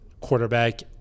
quarterback